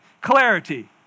clarity